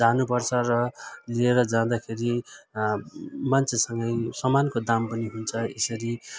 जानुपर्छ र लिएर जाँदाखेरि मान्छेसँग सामानको दाम पनि हुन्छ यसरी